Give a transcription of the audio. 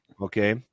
Okay